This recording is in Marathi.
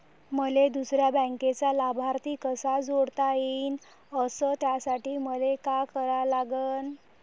मले दुसऱ्या बँकेचा लाभार्थी कसा जोडता येईन, अस त्यासाठी मले का करा लागन?